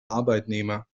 arbeitnehmer